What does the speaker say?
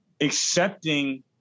accepting